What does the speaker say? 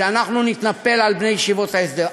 אנחנו נתנפל על בני ישיבות ההסדר.